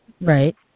Right